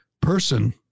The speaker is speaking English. person